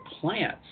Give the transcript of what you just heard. plants